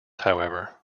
however